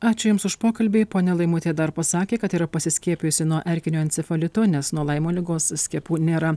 ačiū jums už pokalbį ponia laimutė dar pasakė kad yra pasiskiepijusi nuo erkinio encefalito nes nuo laimo ligos skiepų nėra